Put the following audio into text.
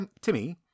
Timmy